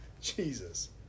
Jesus